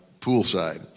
poolside